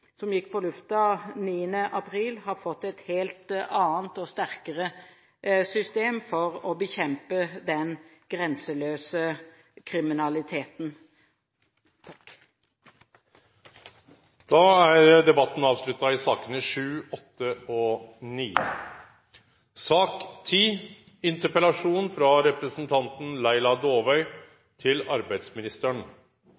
som gikk på lufta 9. april, har fått et helt annet og sterkere system for å bekjempe den grenseløse kriminaliteten. Debatten i sakene nr. 7, 8 og